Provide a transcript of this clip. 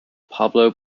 pablo